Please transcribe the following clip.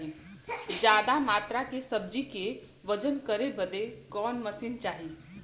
ज्यादा मात्रा के सब्जी के वजन करे बदे कवन मशीन चाही?